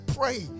pray